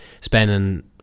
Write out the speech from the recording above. spending